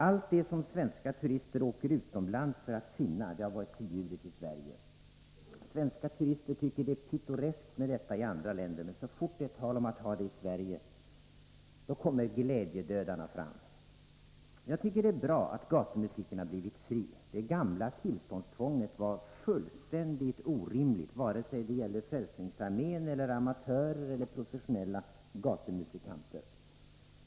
Allt det som svenska turister åker utomlands för att finna har varit förbjudet i Sverige. Svenska turister tycker att det är pittoreskt med sådant i andra länder, men så fort det är tal om att ha det i Sverige, då kommer glädjedödarna fram. Jag tycker det är bra att gatumusiken har blivit fri. Det gamla tillståndstvånget var fullständigt orimligt, vare sig det gällde Frälsningsarmén, amatörer eller professionella gatumusikanter.